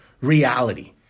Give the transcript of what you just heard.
reality